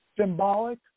symbolic